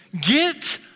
Get